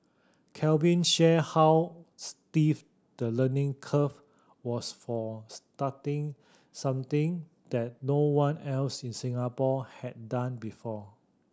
Calvin shared how steep the learning curve was for starting something that no one else in Singapore had done before